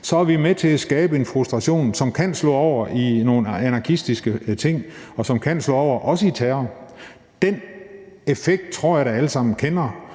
så er vi med til at skabe en frustration, som kan slå over i nogle anarkistiske ting, som også kan slå over i terror. Og den effekt tror jeg at vi alle sammen kender,